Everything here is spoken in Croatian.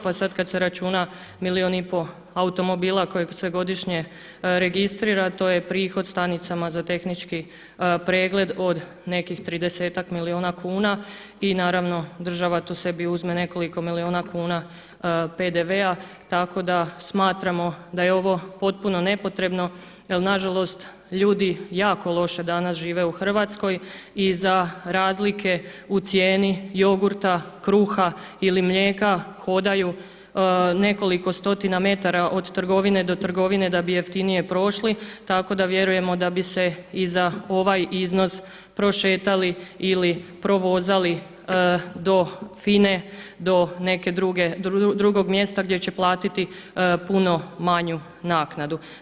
Pa sada kada se računa milijun i pol automobila koji se godišnje registrira to je prihod stanicama za tehnički pregled od nekih tridesetak milijuna kuna i naravno država tu sebi uzme nekoliko milijuna kuna PDV-a, tako da smatramo da je ovo potpuno nepotrebno jer nažalost ljudi jako loše danas žive u Hrvatskoj i za razlike u cijeni jogurta, kruha ili mlijeka hodaju nekoliko stotina metara od trgovine do trgovine da bi jeftinije prošli, tako da vjerujemo da bi se i za ovaj iznos prošetali ili provozali do FINA-e do nekog drugog mjesta gdje će platiti puno manju naknadu.